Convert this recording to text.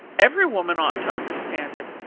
every woman ought to understand it,